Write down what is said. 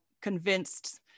convinced